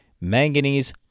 manganese